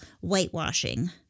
whitewashing